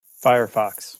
firefox